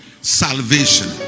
Salvation